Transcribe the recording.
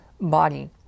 body